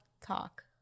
talk